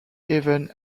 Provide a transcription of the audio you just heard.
even